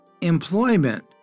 Employment